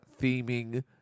theming